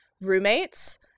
roommates